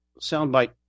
soundbite